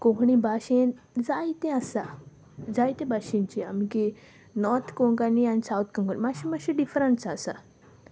कोंकणी भाशेन जायते आसा जायते भाशेची आमगे नॉर्थ कोंकणी आनी सावथ कोंकणी मात्शें मात्शें डिफरंस आसा